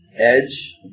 edge